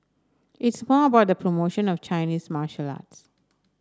it's more about the promotion of Chinese martial arts